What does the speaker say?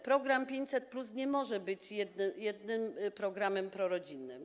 Program 500+ nie może być jedynym programem prorodzinnym.